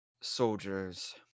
soldiers